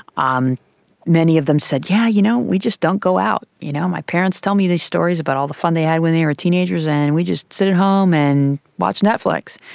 um many of them said, yeah, you know, we just don't go out. you know my my parents tell me these stories about all the fun they had when they were teenagers, and we just sit at home and watch netflix.